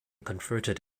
converted